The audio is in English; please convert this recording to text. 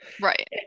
right